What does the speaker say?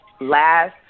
last